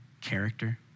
character